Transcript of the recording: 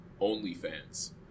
OnlyFans